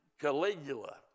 Caligula